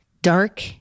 Dark